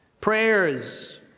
prayers